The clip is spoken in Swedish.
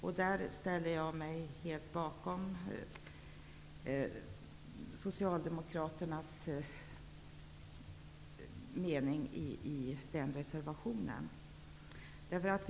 Jag ställer mig helt bakom den mening Socialdemokraterna ger uttryck för där.